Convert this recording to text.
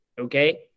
Okay